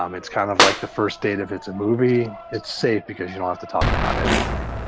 um it's kind of like the first date if it's a movie, it's safe because you don't have to talk about anything.